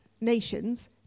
nations